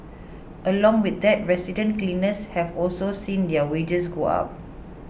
along with that resident cleaners have also seen their wages go up